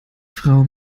frau